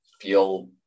feel